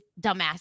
dumbass